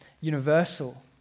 universal